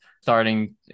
starting